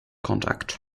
contact